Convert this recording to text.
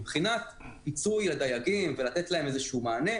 מבחינת פיצוי לדייגים ולתת להם איזשהו מענה,